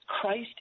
christ